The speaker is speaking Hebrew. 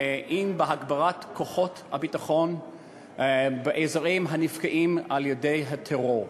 אם בהגברת כוחות הביטחון באזורים הנפגעים על-ידי הטרור.